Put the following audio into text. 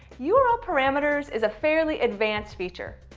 yeah url parameters is a fairly advanced feature.